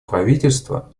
правительства